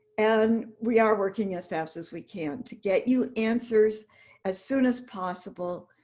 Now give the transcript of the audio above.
and we are working as fast as we can to get you answers as soon as possible